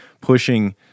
pushing